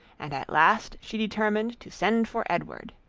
and at last she determined to send for edward.